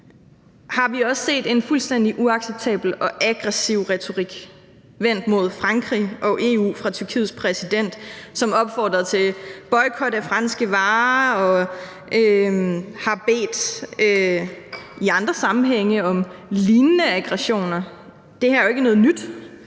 har vi også set en fuldstændig uacceptabel og aggressiv retorik vendt mod Frankrig og EU fra Tyrkiets præsidents side, som opfordrer til boykot af franske varer, og som i andre sammenhænge har bedt om lignende aggressioner. Det her er jo ikke noget nyt.